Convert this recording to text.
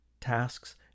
tasks